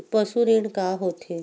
पशु ऋण का होथे?